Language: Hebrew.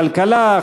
כלכלה,